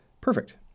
perfect